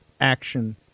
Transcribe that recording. action